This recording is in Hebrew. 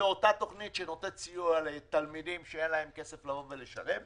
זו התוכנית שנותנת סיוע לתלמידים שאין להם כסף לשלם,